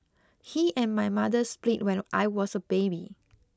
he and my mother split when I was a baby